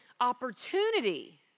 opportunity